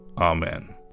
Amen